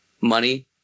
money